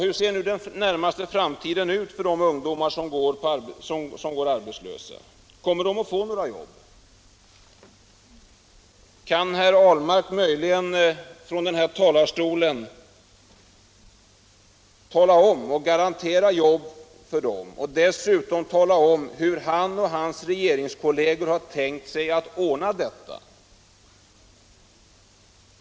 Hur ser nu den närmaste framtiden ut för de ungdomar som går arbetslösa? 69 Kommer de att få några jobb? Kan herr Ahlmark möjligen från denna talarstol garantera jobb för dem och dessutom tala om hur han och hans regeringskolleger tänkt sig att ordna detta?